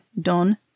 Don